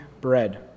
bread